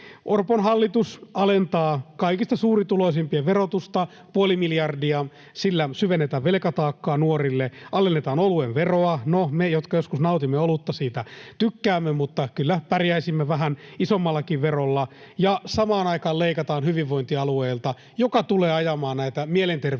Orpon hallitus alentaa kaikista suurituloisimpien verotusta puoli miljardia. Sillä syvennetään velkataakkaa nuorille, alennetaan oluen veroa. No, me, jotka joskus nautimme olutta, siitä tykkäämme, mutta kyllä pärjäisimme vähän isommallakin verolla. Samaan aikaan leikataan hyvinvointialueilta, mikä tulee ajamaan näitä mielenterveyden